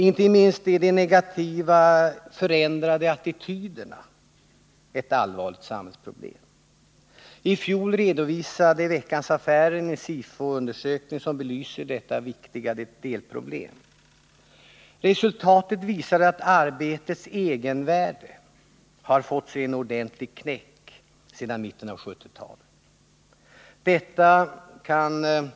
Inte minst är de negativt förändrade attityderna ett allvarligt samhällsproblem. I fjol redovisade Veckans Affärer en SIFO-undersökning, som belyser detta viktiga delproblem. Resultatet visade att arbetets egenvärde har fått sig en ordentlig knäck sedan mitten av 1970-talet.